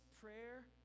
prayer